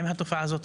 עם התופעה הזאת.